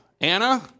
Anna